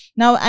now